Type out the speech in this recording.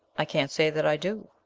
i can't say that i do,